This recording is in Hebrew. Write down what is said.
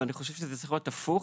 אני חושב שזה צריך להיות הפוך,